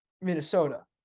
Minnesota